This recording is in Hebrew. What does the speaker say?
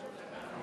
46 בעד,